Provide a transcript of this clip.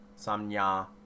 samnya